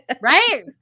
Right